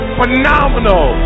phenomenal